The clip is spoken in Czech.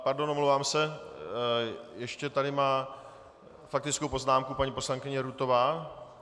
Pardon, omlouvám se, ještě tady má faktickou poznámku paní poslankyně Rutová.